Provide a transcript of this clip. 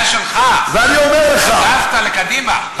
הוא היה שלך, עזבת לקדימה.